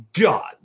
God